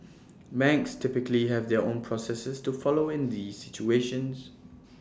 banks typically have their own processes to follow in these situations